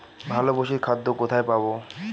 ভালো পশুর খাদ্য কোথায় পাবো?